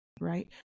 Right